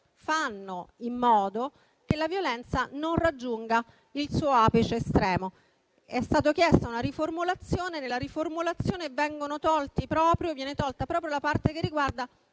fare in modo che la violenza non raggiunga il suo apice estremo. È stata chiesta una riformulazione dell'ordine del giorno nella quale viene espunta proprio la parte che riguarda